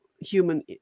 human